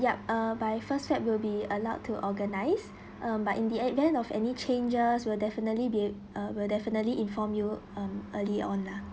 yup uh by first swept will be allowed to organise uh but in the event of any changes will definitely be uh will definitely inform you um early on lah